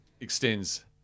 extends